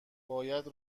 باید